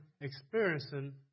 experiencing